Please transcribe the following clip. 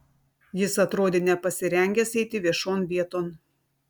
jis atrodė nepasirengęs eiti viešon vieton